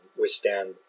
withstand